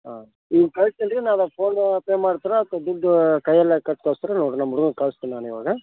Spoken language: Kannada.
ಹಾಂ ಈಗ ಕಳಿಸ್ತೀನ್ ರೀ ನಾನು ಫೋನುಪೇ ಮಾಡ್ತೀರ ಅಥ್ವಾ ದುಡ್ಡು ಕೈಯಲ್ಲೇ ಕೊಟ್ ಕಳಿಸ್ತೀರ ನೋಡಿರಿ ನಮ್ಮ ಹುಡುಗನ್ನ ಕಳ್ಸ್ತೀನಿ ನಾನಿವಾಗ